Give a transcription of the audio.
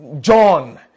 John